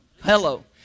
Hello